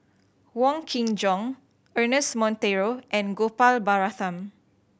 Wong Kin Jong Ernest Monteiro and Gopal Baratham